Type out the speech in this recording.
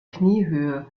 kniehöhe